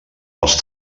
els